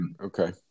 okay